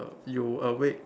you awake